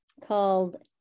called